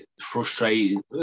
frustrating